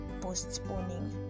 postponing